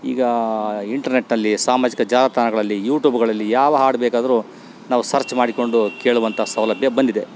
ಈಗ ಇಂಟ್ರನೆಟ್ನಲ್ಲಿ ಸಾಮಾಜಿಕ ಜಾಲತಾಣಗಳಲ್ಲಿ ಯೂಟೂಬ್ಗಳಲ್ಲಿ ಯಾವ ಹಾಡು ಬೇಕಾದ್ರು ನಾವು ಸರ್ಚ್ ಮಾಡಿಕೊಂಡು ಕೇಳುವಂಥ ಸೌಲಭ್ಯ ಬಂದಿದೆ